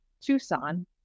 Tucson